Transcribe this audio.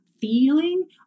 feeling